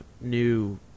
new